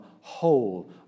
whole